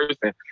person